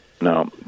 no